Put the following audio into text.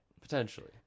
Potentially